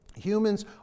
Humans